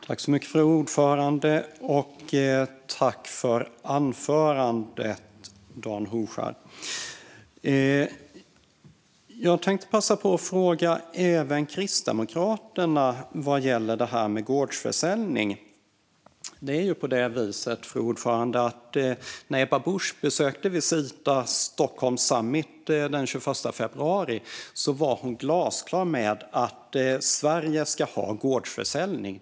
Fru ordförande! Tack för anförandet, Dan Hovskär! Jag tänkte passa på att fråga även Kristdemokraterna om gårdsförsäljning. När Ebba Busch besökte Visita Stockholm Summit den 21 februari var hon glasklar med att Sverige ska ha gårdsförsäljning.